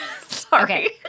Sorry